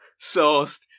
sourced